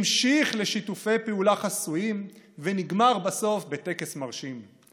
המשיך לשיתופי פעולה חסויים ונגמר בסוף בטקס מרשים.